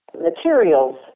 materials